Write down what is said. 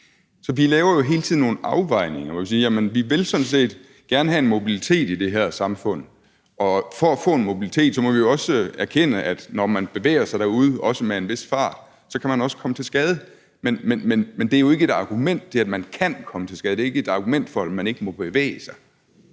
Så vi laver jo hele tiden nogle afvejninger, hvor vi siger, at vi sådan set gerne vil have en mobilitet i det her samfund, og for at få en mobilitet må vi jo også erkende, at når man bevæger sig derude, også med en vis fart, så kan man også komme til skade. Men det, at man kan komme til skade, er jo ikke et argument for, at man ikke må bevæge sig.